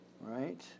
Right